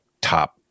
top